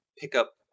pickup